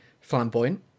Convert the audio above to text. flamboyant